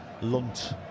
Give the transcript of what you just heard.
Lunt